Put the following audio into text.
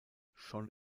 schon